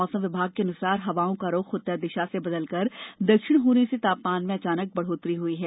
मौसम विभाग के अनुसार हवाओं का रूख उत्तर दिशा से बदलकर दक्षिण होने से तापमान में अचानक बढ़ोतरी हुई है